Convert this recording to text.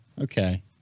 Okay